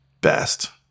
best